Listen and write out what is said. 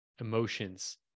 emotions